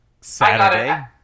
Saturday